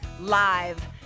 Live